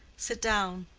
sit down.